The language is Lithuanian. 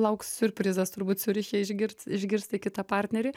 lauks siurprizas turbūt ciuriche išgirt išgirsti kitą partnerį